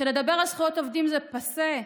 שלדבר על זכויות עובדים זה פאסה,